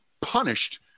punished